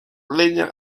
leña